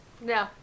No